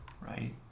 Right